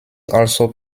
also